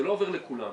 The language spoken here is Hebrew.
זה לא עובר לכולם.